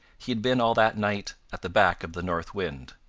he had been all that night at the back of the north wind.